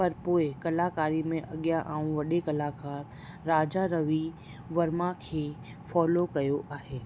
पर पोइ कलाकारीअ में अॻिया आउं वॾी कलाकार राजा रवि वर्मा खे फ़ॉलो कयो आहे